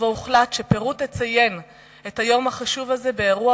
ובו הוחלט שפרו תציין את היום החשוב הזה באירוע